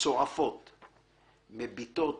מצועפות,/ מביטות